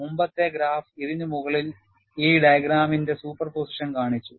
മുമ്പത്തെ ഗ്രാഫ് ഇതിന് മുകളിൽ ഈ ഡയഗ്രാമിന്റെ സൂപ്പർപോസിഷൻ കാണിച്ചു